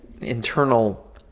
internal